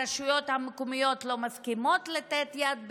הרשויות המקומיות לא מסכימות לתת יד לזה.